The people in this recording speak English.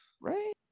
right